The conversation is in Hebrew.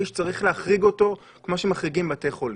שצריך להחריג אותו כפי שמחריגים בתי חולים.